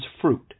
fruit